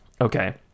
Okay